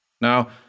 Now